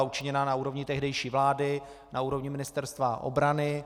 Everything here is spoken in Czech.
Byla učiněna na úrovni tehdejší vlády, na úrovni Ministerstva obrany.